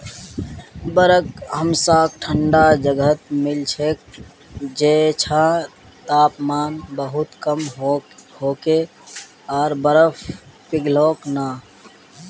बर्फ हमसाक ठंडा जगहत मिल छेक जैछां तापमान बहुत कम होके आर बर्फ पिघलोक ना